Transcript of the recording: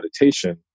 meditation